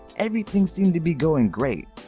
everything seemed to be going great,